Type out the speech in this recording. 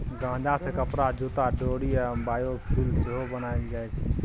गांजा सँ कपरा, जुत्ता, डोरि आ बायोफ्युल सेहो बनाएल जाइ छै